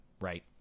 Right